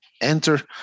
enter